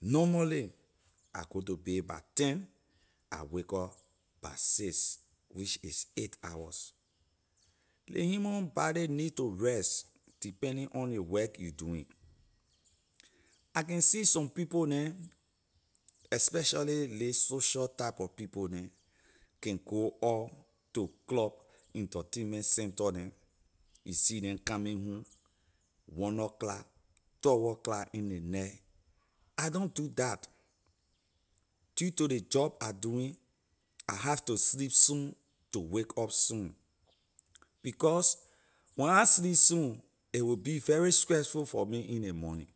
Normally I go to bay by ten I wake up by six which is eight hours ley human body need to rest depending on ley work you doing I can see some people neh especially ley social type of people neh can go out to club entertainment center neh you see neh coming home one nor clock twelve o’clock in ley night I don’t do that due to ley job I doing I have to sleep soon to wake up soon because when I sleep soon a will be very stressful for me in ley morning